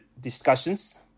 discussions